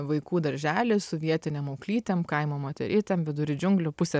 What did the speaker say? vaikų darželį su vietinėm auklytėm kaimo moterytėm vidury džiunglių pusėn